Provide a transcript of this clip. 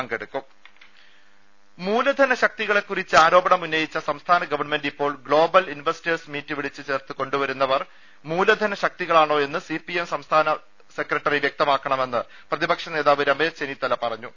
രുട്ട്ട്ട്ട്ട്ട്ട്ട്ട മൂലധന ശക്തികളെകുറിച്ച് ആരോപണമുന്നയിച്ച സംസ്ഥാന ഗവൺമെൻറ് ഇപ്പോൾ ഗ്ലോബൽ ഇൻവെസ്റ്റേഴ്സ് മീറ്റ് വിളിച്ച് ചേർത്ത് കൊണ്ടുവരുന്നവർ മൂലധന ശക്തികളാണോ എന്ന് സിപിഎം സെക്രട്ടറി വൃക്തമാക്കണമെന്ന് പ്രതിപക്ഷ നേതാവ് രമേശ് ചെന്നിത്തല പറഞ്ഞു